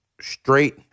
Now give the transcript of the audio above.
straight